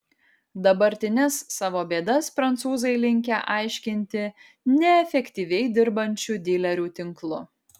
dabartines savo bėdas prancūzai linkę aiškinti neefektyviai dirbančiu dilerių tinklu